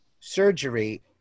surgery